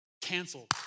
canceled